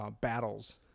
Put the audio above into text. battles